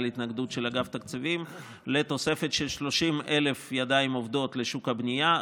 התנגדות של אגף תקציבים לתוספת של 30,000 ידיים עובדות לשוק הבנייה,